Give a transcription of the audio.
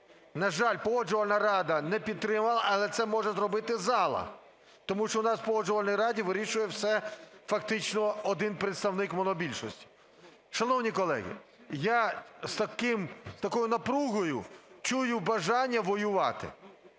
На жаль, Погоджувальна рада не підтримала, але це може зробити зала. Тому що у нас на Погоджувальній раді вирішує все фактично один представник монобільшості. Шановні колеги, я з такою напругою чую бажання воювати.